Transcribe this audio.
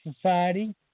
society